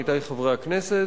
עמיתי חברי הכנסת,